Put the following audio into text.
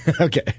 Okay